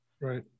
right